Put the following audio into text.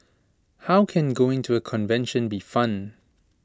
how can going to A convention be fun